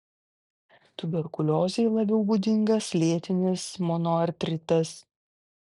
tuberkuliozei labiau būdingas lėtinis monoartritas